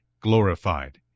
glorified